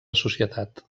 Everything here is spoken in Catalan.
societat